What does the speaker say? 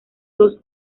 dos